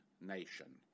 nation